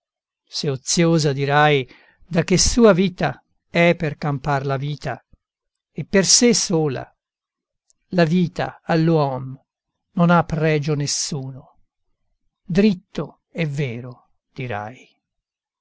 oziosa dirai da che sua vita è per campar la vita e per sé sola la vita all'uom non ha pregio nessuno dritto e vero dirai